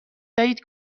دهید